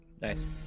Nice